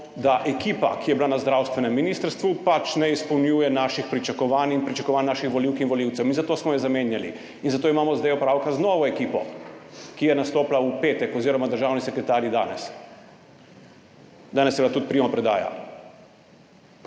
da ekipa, ki je bila na zdravstvenem ministrstvu, pač ne izpolnjuje naših pričakovanj in pričakovanj naših volivk in volivcev. In zato smo jo zamenjali. In zato imamo zdaj opravka z novo ekipo, ki je nastopila v petek oziroma državni sekretarji danes. Danes je bila tudi primopredaja.